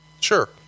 Sure